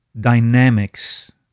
dynamics